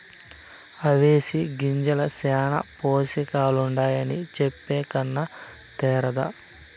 అవిసె గింజల్ల శానా పోసకాలుండాయని చెప్పే కన్నా తేరాదా